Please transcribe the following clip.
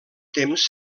temps